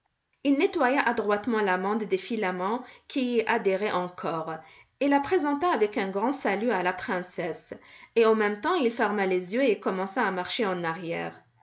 il nettoya adroitement l'amande des filaments qui y adhéraient encore et la présenta avec un grand salut à la princesse et en même temps il ferma les yeux et commença à marcher en arrière